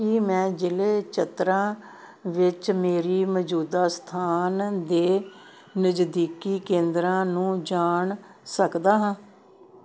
ਕੀ ਮੈਂ ਜ਼ਿਲ੍ਹੇ ਚਤਰਾ ਵਿੱਚ ਮੇਰੀ ਮੌਜੂਦਾ ਸਥਾਨ ਦੇ ਨਜ਼ਦੀਕੀ ਕੇਂਦਰਾਂ ਨੂੰ ਜਾਣ ਸਕਦਾ ਹਾਂ